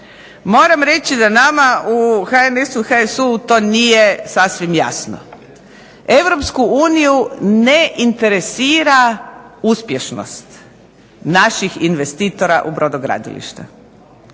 Moram reći da nama u HNS HSU-u nije sasvim jasno. Europsku uniju ne interesira uspješnost naših investitora u brodogradilišta,